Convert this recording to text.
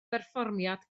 berfformiad